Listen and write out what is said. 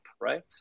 Right